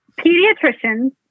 pediatricians